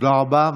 תודה רבה.